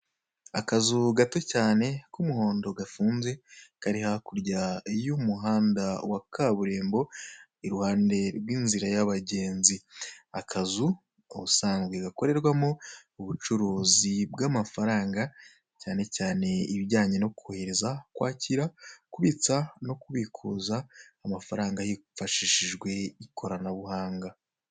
Akazu gato cyane k'umuhondo gafunze kari hakurya y'umuhanda wa kaburimbo iruhande rw'inzira y'abagenzi. Akazu ubusanzwe gakorerwamo ubucuruzi bw'amafaranga cyane cyane ibijyanye no kohereza kwakira kubitsa no kubikuza amafaranga yifashishijwe ikoranabuhanga.